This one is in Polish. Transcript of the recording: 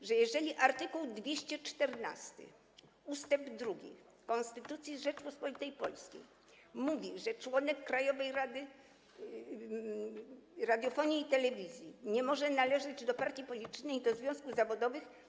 że jeżeli art. 214 ust. 2 Konstytucji Rzeczypospolitej Polskiej mówi, że członek Krajowej Rady Radiofonii i Telewizji nie może należeć do partii politycznej i do związków zawodowych.